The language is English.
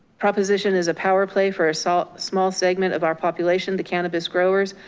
proposition is a power play for a so small segment of our population, the cannabis growers,